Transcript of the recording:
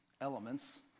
elements